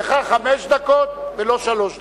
לך חמש דקות ולו שלוש דקות.